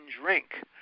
drink